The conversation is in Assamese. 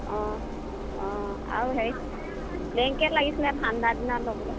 অঁ অঁ আৰু হেৰি ব্লেংকেট লাগিছিলে ঠাণ্ডাদিনত ল'বলৈ